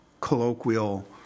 colloquial